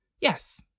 Yes